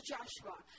Joshua